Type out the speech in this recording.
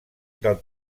del